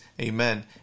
Amen